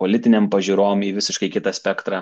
politinėm pažiūrom į visiškai kitą spektrą